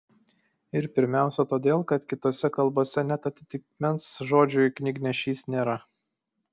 ir pirmiausia todėl kad kitose kalbose net atitikmens žodžiui knygnešys nėra